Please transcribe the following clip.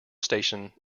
station